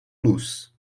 luz